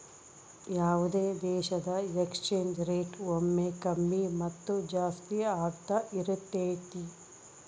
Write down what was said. ಯಾವುದೇ ದೇಶದ exchange rate ಒಮ್ಮೆ ಕಮ್ಮಿ ಮತ್ತು ಜಾಸ್ತಿ ಆಗ್ತಾ ಇರತೈತಿ